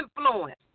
influence